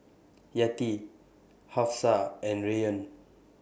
Yati Hafsa and Rayyan